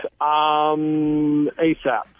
ASAP